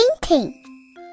painting